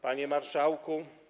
Panie Marszałku!